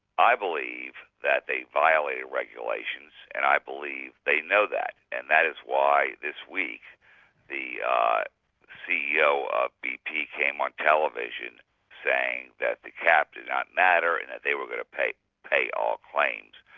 i believe that they violated regulations and i believe they know that, and that is why this week the ceo of bp came on television saying that the cap did not matter and that they were going to pay pay all claims.